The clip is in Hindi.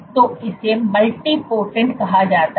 तो इसे मल्टीपोटेंट कहा जाता है